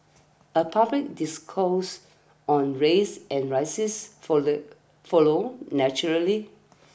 a public discourse on race and rises follow follows naturally